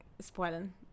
Spoiling